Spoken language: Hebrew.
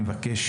אני מבקש